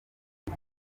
uyu